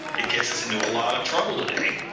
it gets us into a lot of trouble today,